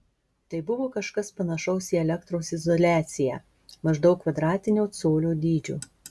tai buvo kažkas panašaus į elektros izoliaciją maždaug kvadratinio colio dydžio